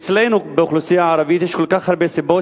אצלנו באוכלוסייה הערבית יש כל כך הרבה סיבות